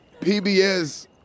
PBS